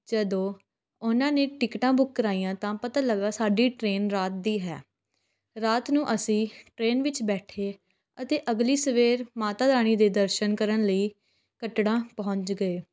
ਜਦੋਂ ਉਹਨਾਂ ਨੇ ਟਿਕਟਾਂ ਬੁੱਕ ਕਰਵਾਈਆਂ ਤਾਂ ਪਤਾ ਲੱਗਾ ਸਾਡੀ ਟਰੇਨ ਰਾਤ ਦੀ ਹੈ ਰਾਤ ਨੂੰ ਅਸੀਂ ਟਰੇਨ ਵਿੱਚ ਬੈਠੇ ਅਤੇ ਅਗਲੀ ਸਵੇਰ ਮਾਤਾ ਰਾਣੀ ਦੇ ਦਰਸ਼ਨ ਕਰਨ ਲਈ ਕੱਟੜਾ ਪਹੁੰਚ ਗਏ